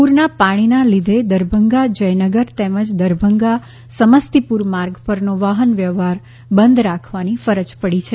પૂરના પાણીના લીધે દરભંગા જયનગર તેમજ દરભંગા સમસ્તીપુર માર્ગ પરનો વાફનવ્યવહાર બંધ રાખવાની ફરજ પડી છે